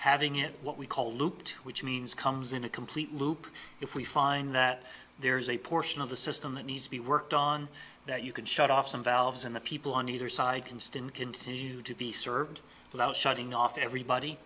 having it what we call looped which means comes in a complete loop if we find that there is a portion of the system that needs to be worked on that you could shut off some valves in the people on either side can still continue to be served without shutting off everybody